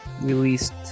released